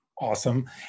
Awesome